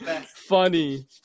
funny